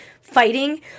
fighting